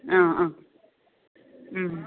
ആ ആ